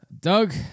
Doug